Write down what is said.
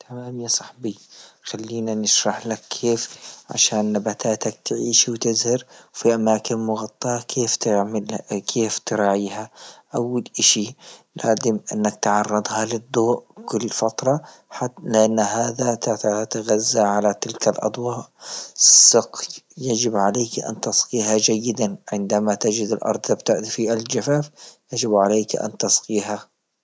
تمام يا صاحبي خلينا نشرحلك كيف عشان نباتاتك تعيش وتزهر في أماكن مغطاة كيف تعملها كيف تراعيها، أول إشي لادم أنك تعرضها للضوء كل فترة ح- لأن هذا تتغزا على تلك الأضواء، سقي يجب عليك أن تسقيها جيدا عندما تجد أرض تبدأ في الجفاف، يجب عليك أن تسقيها.